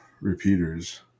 repeaters